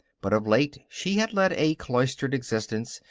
but of late she had led a cloistered existence,